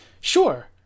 Sure